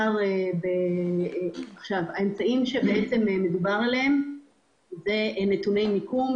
האמצעים שמדובר עליהם הם נתוני מיקום.